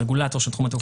רגולטורים,